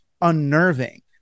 unnerving